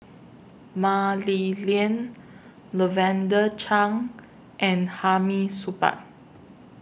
Mah Li Lian Lavender Chang and Hamid Supaat